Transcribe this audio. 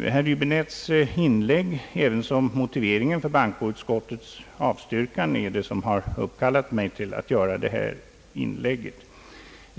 Herr Häbinettes inlägg ävensom motiveringen för bankoutskottets avstyrkande är det som uppkallat mig att göra detta inlägg.